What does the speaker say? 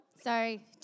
Sorry